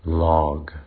log